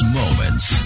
moments